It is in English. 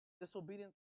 disobedience